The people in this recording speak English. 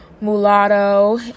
Mulatto